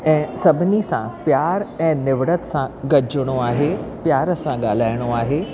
ऐं सभिनी सां प्यार ऐं निवरतु सां गॾिजणो आहे प्यार सां ॻाल्हाइणो आहे